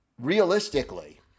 realistically